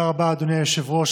תודה רבה, אדוני היושב-ראש.